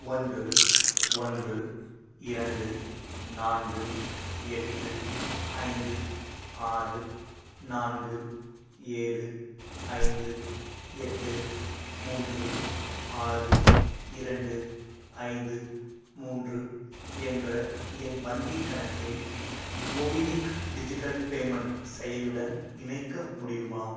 ஒன்று ஒன்று இரண்டு நான்கு எட்டு ஐந்து ஆறு நான்கு ஏழு ஐந்து எட்டு மூன்று ஆறு இரண்டு ஐந்து மூன்று என்ற என் வங்கிக் கணக்கை மோபிக்விக் டிஜிட்டல் பேமெண்ட் செயலியுடன் இணைக்க முடியுமா